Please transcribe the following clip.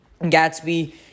Gatsby